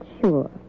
sure